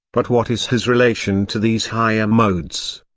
but what is his relation to these higher modes?